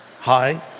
hi